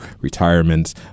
retirements